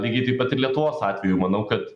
lygiai taip pat ir lietuvos atveju manau kad